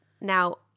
Now